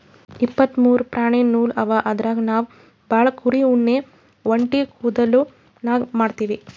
ಇಪ್ಪತ್ತ್ ಮೂರು ಪ್ರಾಣಿ ನೂಲ್ ಅವ ಅದ್ರಾಗ್ ನಾವ್ ಭಾಳ್ ಕುರಿ ಉಣ್ಣಿ ಒಂಟಿ ಕುದಲ್ದು ನೂಲ್ ಮಾಡ್ತೀವಿ